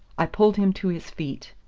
i pulled him to his feet.